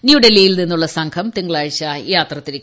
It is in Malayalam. ന്യൂഡൽഹിയിൽ നിന്നുള്ള സംഘം തിങ്കളാഴ്ച യാത്രി തിരിക്കും